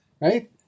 right